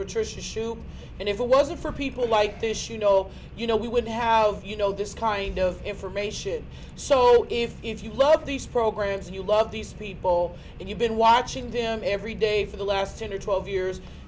patricia and if it wasn't for people like this you know you know we would have you know this kind of information so if you love these programs you love these people and you've been watching them every day for the last ten or twelve years